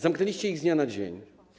Zamknęliście ich z dnia na dzień.